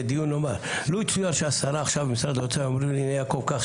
לו יצוייר שמשרד האוצר אומר יעקב קח